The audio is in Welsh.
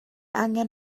angen